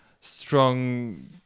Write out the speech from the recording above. strong